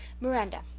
Miranda